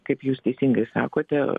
kaip jūs teisingai sakote